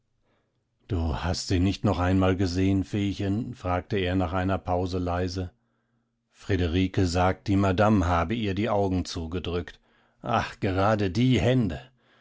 du hast sie nicht noch einmal gesehen feechen fragte er nach einer pause leise friederike sagt die madame habe ihr die augen zugedrückt ach gerade die hände